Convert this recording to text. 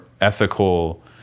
ethical